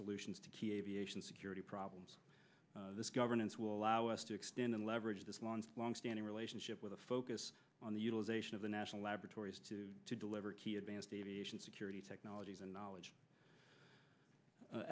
solutions to key aviation security problems this governance will now us to extend leverage this long longstanding relationship with a focus on the utilization of the national laboratories to deliver key advanced aviation security technologies and knowledge